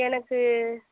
எனக்கு